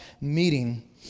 meeting